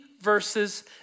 verses